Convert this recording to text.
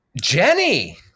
Jenny